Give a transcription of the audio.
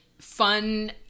fun